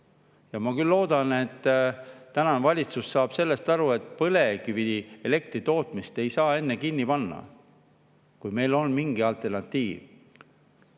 Mina küll loodan, et tänane valitsus saab sellest aru, et põlevkivielektri tootmist ei saa enne kinni panna, kui meil on mingi alternatiiv.